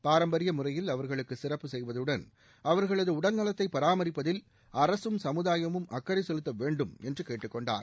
பாரம்பரிய முறையில் அவர்களுக்கு சிறப்பு செய்வதுடன் அவர்களது உடல்நலத்தை பராமரிப்பதில் அரசும் சமுதாயமும் அக்கறை செலுத்த வேண்டும் என்று கேட்டுக் கொண்டார்